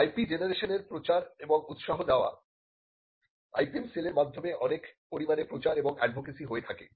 IP জেনারেশনের প্রচার এবং উৎসাহ দেওয়া IPM সেলের মাধ্যমে অনেক পরিমাণে প্রচার এবং অ্যাডভোকেসি হয়ে থাকে